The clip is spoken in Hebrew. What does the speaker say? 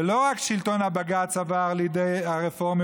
ולא רק שלטון הבג"ץ עבר לידי הרפורמים